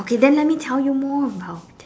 okay then let me tell you more about